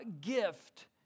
gift